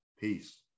Peace